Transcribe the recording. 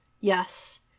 Yes